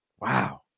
Wow